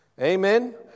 Amen